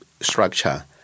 structure